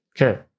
Okay